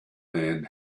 man